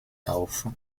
auf